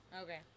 okay